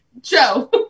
Joe